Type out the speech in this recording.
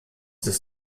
des